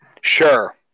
Sure